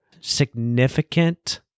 significant